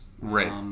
right